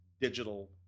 digital